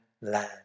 land